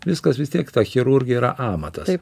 viskas vis tiek ta chirurgija yra amatas